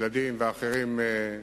את הדאגה לילדים, לאחרים,